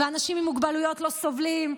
ואנשים עם מוגבלויות לא סובלים.